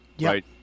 right